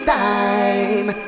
time